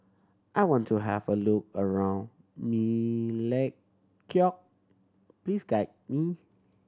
I want to have a look around Melekeok please guide me